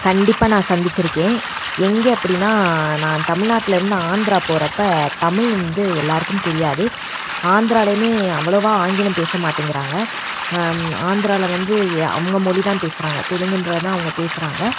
கண்டிப்பாக நான் சந்தித்திருக்கேன் எங்கள் அப்படின்னா நான் தமிழ்நாட்டுலேருந்து ஆந்திரா போகிறப்ப தமிழ் வந்து எல்லாருக்கும் தெரியாது ஆந்திராலேயுமே அவ்வளோவா ஆங்கிலம் பேச மாட்டேங்கிறாங்க ஆந்திராவில் வந்து அவங்க மொழி தான் பேசுகிறாங்க தெலுங்குன்றது தான் அவங்க பேசுகிறாங்க